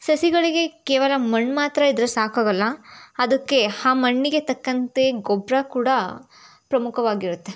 ಸಸಿಗಳಿಗೆ ಕೇವಲ ಮಣ್ಣು ಮಾತ್ರ ಇದ್ದರೆ ಸಾಕಾಗೊಲ್ಲ ಅದಕ್ಕೆ ಆ ಮಣ್ಣಿಗೆ ತಕ್ಕಂತೆ ಗೊಬ್ಬರ ಕೂಡ ಪ್ರಮುಖವಾಗಿರುತ್ತೆ